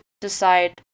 decide